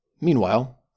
Meanwhile